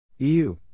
EU